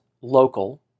local